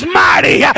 mighty